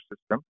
system